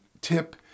tip